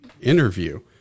interview